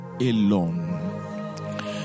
alone